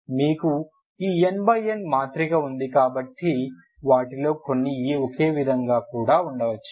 మీకు ఈ n x n మాత్రిక ఉంది కాబట్టి వాటిలో కొన్ని ఒకే విధంగా కూడా ఉండవచ్చు